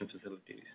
facilities